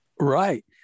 Right